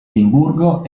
edimburgo